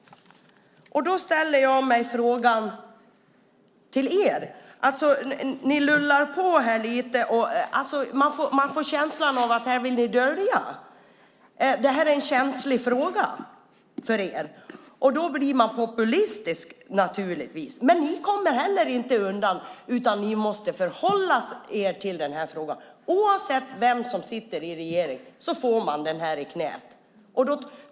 Då ställer jag en fråga till er. Ni lullar på lite, och man får känslan av att ni vill dölja något. Det här är en känslig fråga för er. Då blir man naturligtvis populistisk. Men ni kommer inte heller undan, utan ni måste förhålla er till frågan. Oavsett vem som sitter i regering får man den här frågan i knät.